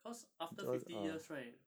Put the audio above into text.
cause after fifty years right